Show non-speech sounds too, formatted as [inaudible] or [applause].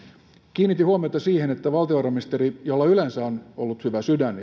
kiinnitin huomiota siihen että valtiovarainministeri jolla yleensä on ollut hyvä sydän [unintelligible]